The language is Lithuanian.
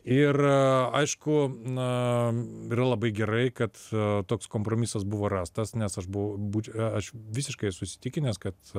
ir aišku na yra labai gerai kad toks kompromisas buvo rastas nes aš buvau būč aš visiškai esu įsitikęs kad